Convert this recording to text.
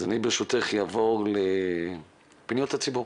אני ברשותך אעבור לפניות הציבור